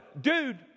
dude